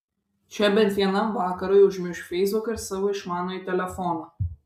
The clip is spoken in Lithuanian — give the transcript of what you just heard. čia bent vienam vakarui užmiršk feisbuką ir savo išmanųjį telefoną